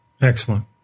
Excellent